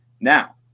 Now